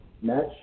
match